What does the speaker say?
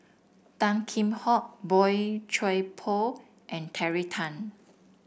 Tan Kheam Hock Boey Chuan Poh and Terry Tan